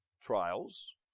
trials